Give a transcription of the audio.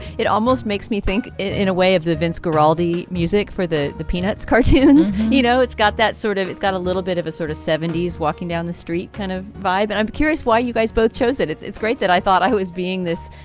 it almost makes me think in a way of the vince guaraldi music for the the peanuts cartoons. you know, it's got that sort of it's got a little bit of a sort of seventy s walking down the street kind of vibe. i'm curious why you guys both chose it. it's it's great that i thought i was being this,